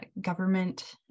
government